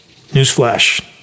Newsflash